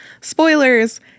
Spoilers